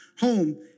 home